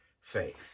faith